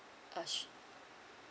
uh sure